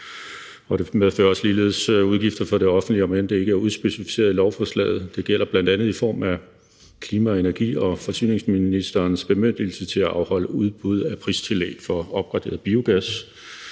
det medfører ligeledes udgifter for det offentlige, om end det ikke er udspecificeret i lovforslaget. Det gælder bl.a. i form af klima-, energi- og forsyningsministerens bemyndigelse til at afholde udbud af pristillæg for opgraderet biogas